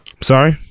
sorry